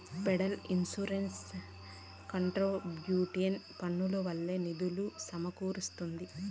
federal insurance contribution పన్నుల వల్లే నిధులు సమకూరస్తాంది